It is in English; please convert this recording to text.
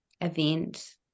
event